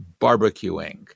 barbecuing